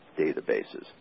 databases